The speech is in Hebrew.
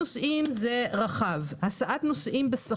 שכל רכב אוטונומי יהיה במעמד של